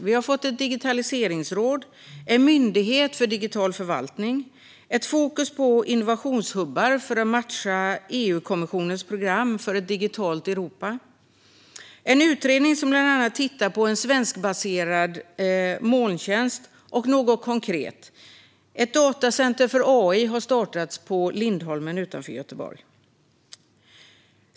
Vi har fått ett digitaliseringsråd, en myndighet för digital förvaltning, ett fokus på innovationshubbar för att matcha EU-kommissionens program för ett digitalt Europa, en utredning som bland annat tittar på en svenskbaserad molntjänst och, något mer konkret, ett datacenter för AI på Lindholmen i Göteborg.